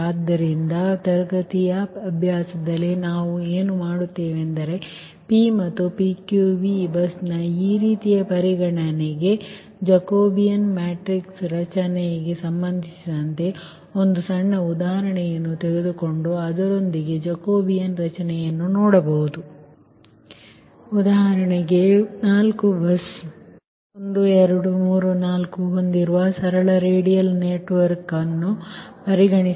ಆದ್ದರಿಂದ ತರಗತಿಯ ಅಭ್ಯಾಸದಲ್ಲಿ ನಾವು ಏನು ಮಾಡುತ್ತೇವೆಂದರೆ P ಮತ್ತು PQV ಬಸ್ನ ಈ ರೀತಿಯ ಪರಿಗಣನೆಗೆ ಜಾಕೋಬಿಯನ್ ಮ್ಯಾಟ್ರಿಕ್ಸ್ ರಚನೆಗೆ ಸಂಬಂಧಿಸಿದಂತೆ ನಾವು ಒಂದು ಸಣ್ಣ ಉದಾಹರಣೆಯನ್ನು ತೆಗೆದುಕೊಂಡು ಮತ್ತು ಅದರೊಂದಿಗೆ ಜಾಕೋಬಿಯನ್ ರಚನೆಯನ್ನು ನೋಡಬಹುದು ಉದಾಹರಣೆಗೆ 4 ಬಸ್ 1 2 3 4 ಹೊಂದಿರುವ ಸರಳ ರೇಡಿಯಲ್ ನೆಟ್ವರ್ಕ್ ಎಂದು ನೀವು ಪರಿಗಣಿಸಿ